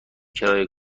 کرایه